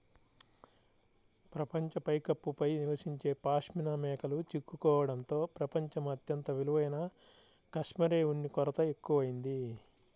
ప్రపంచ పైకప్పు పై నివసించే పాష్మినా మేకలు చిక్కుకోవడంతో ప్రపంచం అత్యంత విలువైన కష్మెరె ఉన్ని కొరత ఎక్కువయింది